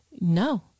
No